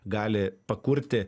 gali pakurti